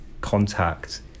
contact